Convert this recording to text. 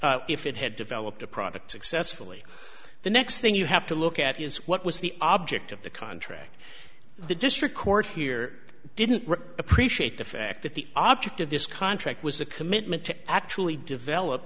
if it had developed a product successfully the next thing you have to look at is what was the object of the contract the district court here didn't appreciate the fact that the object of this contract was a commitment to actually develop